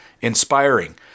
inspiring